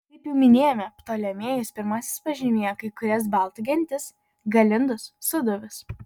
kaip jau minėjome ptolemėjus pirmasis pažymėjo kai kurias baltų gentis galindus sūduvius